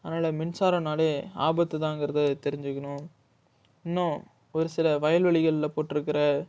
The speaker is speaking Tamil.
அதனால் மின்சாரம்னாலே ஆபத்துதாங்கிறத தெரிஞ்சிக்கணும் இன்னும் ஒரு சில வயல்வெளிகளில் போட்டுருக்குற